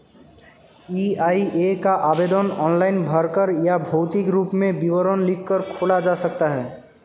EIA का आवेदन online भरकर या भौतिक रूप में विवरण लिखकर खोला जा सकता है